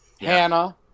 Hannah